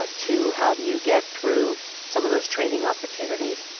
ah to how do you get through some of those training opportunities.